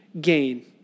gain